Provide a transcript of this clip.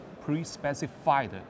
pre-specified